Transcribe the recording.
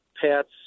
pets